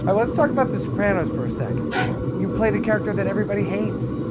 and let's talk about the sopranos for a second you play the character that everybody hates.